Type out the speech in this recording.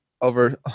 over